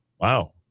Wow